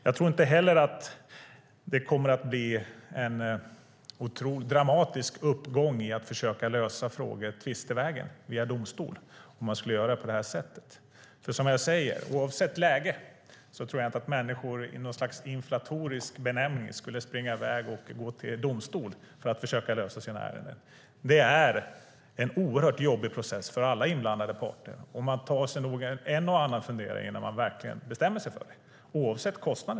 Jag tror inte att det kommer att bli en dramatisk uppgång i att försöka lösa frågor tvistevägen, via domstol, om man skulle göra på detta sätt. Som jag säger: Oavsett läge tror jag inte att människor i något slags inflatorisk benämning skulle springa i väg till domstol för att försöka lösa sina ärenden. Det är en oerhört jobbig process för alla inblandade parter, och oavsett kostnaderna tar man sig nog en och annan funderare innan man verkligen bestämmer sig för det.